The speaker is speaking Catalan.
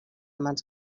mans